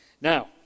Now